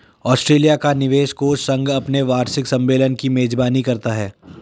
Australia का निवेश कोष संघ अपने वार्षिक सम्मेलन की मेजबानी करता है